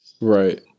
Right